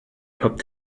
top